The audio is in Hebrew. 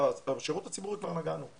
בשירות הציבורי כבר נגענו.